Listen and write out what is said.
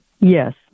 Yes